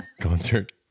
concert